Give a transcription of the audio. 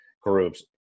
groups